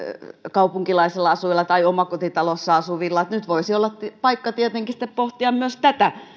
kaupunkilaisella asujalla tai omakotitalossa asuvalla ja nyt voisi olla paikka tietenkin sitten pohtia myös tätä